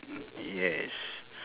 yes